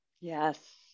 Yes